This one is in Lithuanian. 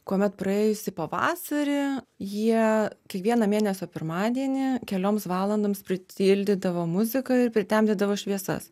kuomet praėjusį pavasarį jie kiekvieną mėnesio pirmadienį kelioms valandoms pritildydavo muziką ir pritemdydavo šviesas